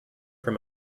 from